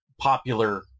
popular